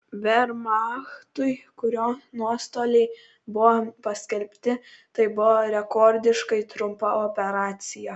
vermachtui kurio nuostoliai nebuvo paskelbti tai buvo rekordiškai trumpa operacija